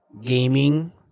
gaming